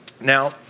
Now